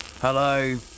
Hello